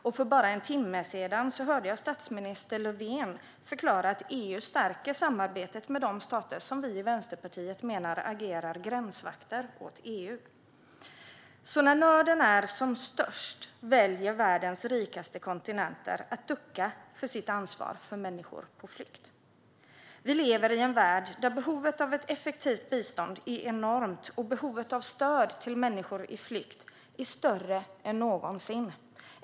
Och för bara en timme sedan hörde jag statsminister Löfven förklara att EU stärker samarbetet med de stater som vi i Vänsterpartiet menar agerar gränsvakter åt EU. När nöden är som störst väljer alltså världens rikaste kontinenter att ducka för sitt ansvar för människor på flykt. Vi lever i en värld där behovet av ett effektivt bistånd är enormt och behovet av stöd till människor på flykt är större än någonsin.